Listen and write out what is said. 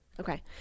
Okay